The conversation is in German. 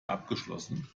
abgeschlossen